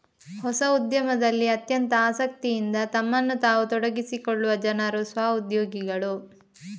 ಹೊಸ ಉದ್ಯಮದಲ್ಲಿ ಅತ್ಯಂತ ಆಸಕ್ತಿಯಿಂದ ತಮ್ಮನ್ನು ತಾವು ತೊಡಗಿಸಿಕೊಳ್ಳುವ ಜನರು ಸ್ವ ಉದ್ಯೋಗಿಗಳು